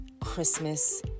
Christmas